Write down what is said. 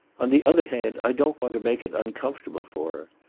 on the other hand, i don't want to make it uncomfortable for